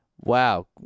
Wow